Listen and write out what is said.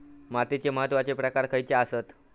मातीचे महत्वाचे प्रकार खयचे आसत?